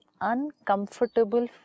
uncomfortable